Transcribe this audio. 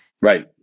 Right